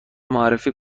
معرفی